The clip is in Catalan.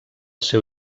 seu